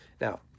Now